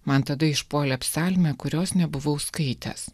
man tada išpuolė psalmė kurios nebuvau skaitęs